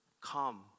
come